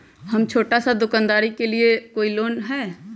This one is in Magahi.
हम छोटा सा दुकानदारी के लिए कोई लोन है कि?